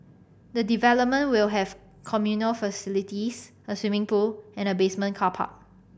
the development will have communal facilities a swimming pool and a basement car park